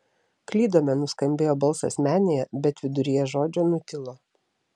klydome nuskambėjo balsas menėje bet viduryje žodžio nutilo